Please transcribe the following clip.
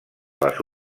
les